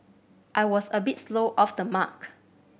I was a bit slow off the mark